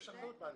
אני